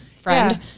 friend